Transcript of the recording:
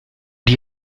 die